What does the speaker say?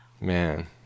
Man